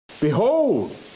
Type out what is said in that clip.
Behold